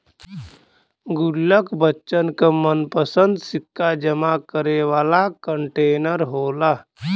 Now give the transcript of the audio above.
गुल्लक बच्चन क मनपंसद सिक्का जमा करे वाला कंटेनर होला